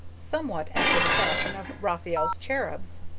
somewhat after the fashion of raphael's cherubs.